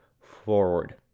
forward